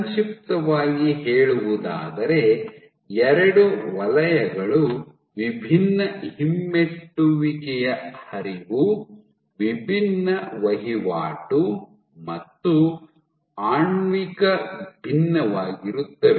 ಸಂಕ್ಷಿಪ್ತವಾಗಿ ಹೇಳುವುದಾದರೆ ಎರಡು ವಲಯಗಳು ವಿಭಿನ್ನ ಹಿಮ್ಮೆಟ್ಟುವಿಕೆಯ ಹರಿವು ವಿಭಿನ್ನ ವಹಿವಾಟು ಮತ್ತು ಆಣ್ವಿಕ ಭಿನ್ನವಾಗಿರುತ್ತವೆ